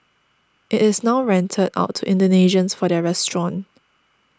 it is now rented out to Indonesians for their restaurant